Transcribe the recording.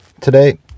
Today